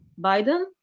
Biden